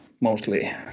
mostly